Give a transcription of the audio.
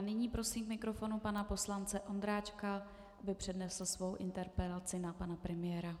Nyní prosím k mikrofonu pana poslance Ondráčka, aby přednesl svou interpelaci na pana premiéra.